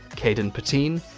kaden putine,